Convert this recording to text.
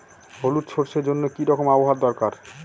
হলুদ সরষে জন্য কি রকম আবহাওয়ার দরকার?